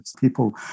people